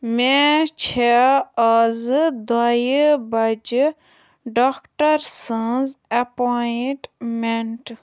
مےٚ چھےٚ آزٕ دویہِ بجہِ ڈاکٹر سٕنٛز اٮ۪پوینٛٹمٮ۪نٛٹ